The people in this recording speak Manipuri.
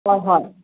ꯍꯣꯏ ꯍꯣꯏ